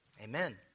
Amen